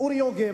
אורי יוגב.